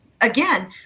again